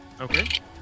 okay